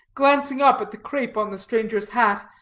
glancing up at the crape on the stranger's hat,